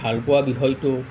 ভাল পোৱা বিষয়টো